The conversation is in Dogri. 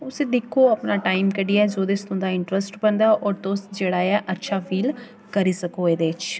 उसी दिक्खो अपना टाइम कड्ढियै जोह्दे च तुं'दा इंट्रस्ट बनदा तुस जेह्ड़ा ऐ अच्छा फील करी सको एह्दे च